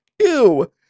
Ew